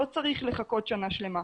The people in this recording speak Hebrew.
לא צריך לחכות שנה שלמה.